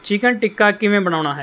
chicken tikka ਕਿਵੇਂ ਬਣਾਉਣਾ ਹੈ